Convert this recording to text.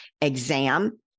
exam